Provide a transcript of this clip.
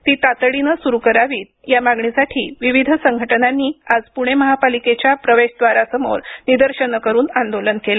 ती तातडीने सुरू करण्यात यावी या मागणीसाठी विविध संघटनांनी आज प्णे महापालिकेच्या प्रवेशदारासमोर निदर्शने करून आंदोलन केलं